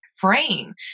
frame